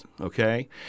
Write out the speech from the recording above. okay